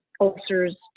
ulcers